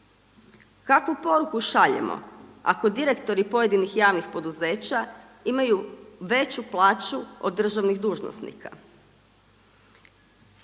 Kakvu poruku šaljemo? Ako direktori pojedinih javnih poduzeća imaju veću plaću od državnih dužnosnika.